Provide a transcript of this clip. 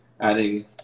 adding